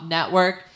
Network